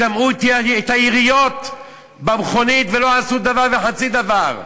שמעו את היריות במכונית, ולא עשו דבר וחצי דבר.